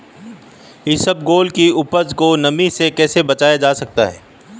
इसबगोल की उपज को नमी से कैसे बचाया जा सकता है?